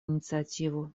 инициативу